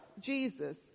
Jesus